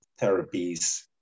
therapies